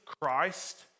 Christ